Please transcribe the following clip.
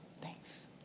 Thanks